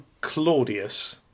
Claudius